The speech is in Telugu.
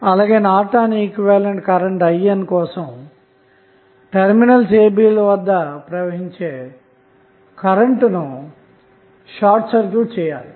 అలాగే నార్టన్ ఈక్వివలెంట్ కరెంట్ INకోసంటెర్మినల్స్ abల ద్వారా ప్రవహించే కరెంట్ను షార్ట్ సర్క్యూట్ చేయాలి